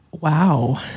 wow